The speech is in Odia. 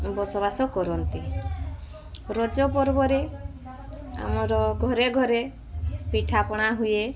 ବସବାସ କରନ୍ତି ରଜ ପର୍ବରେ ଆମର ଘରେଘରେ ପିଠାପଣା ହୁଏ